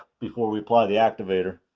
before we apply the activator.